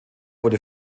wurde